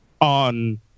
on